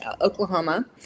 Oklahoma